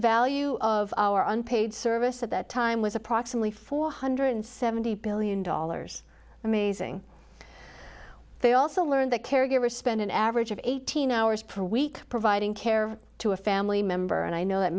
value of our unpaid service at that time was approximately four hundred seventy billion dollars amazing they also learned that caregivers spend an average of eighteen hours per week providing care to a family member and i know that